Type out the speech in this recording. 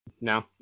No